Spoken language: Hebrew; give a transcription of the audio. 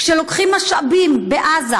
כשלוקחים משאבים בעזה,